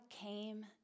came